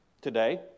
today